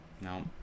No